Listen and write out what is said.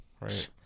Right